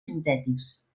sintètics